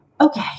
Okay